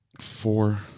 Four